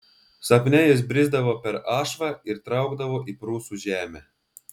sapne jis brisdavo per ašvą ir traukdavo į prūsų žemę